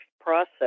process